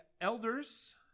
elders